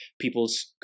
people's